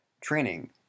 training